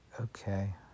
Okay